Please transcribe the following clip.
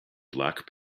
black